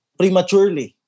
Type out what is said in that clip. prematurely